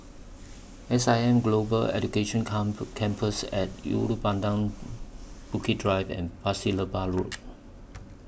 S I M Global Education Campus At Ulu Pandan Bukit Drive and Pasir Laba Road